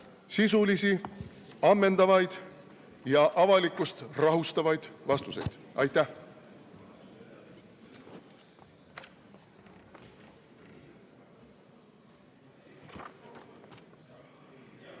sisulisi, ammendavaid ja avalikkust rahustavaid vastuseid. Aitäh!